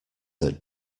that